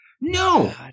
No